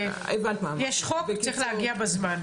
יש חוק, צריך להגיע בזמן.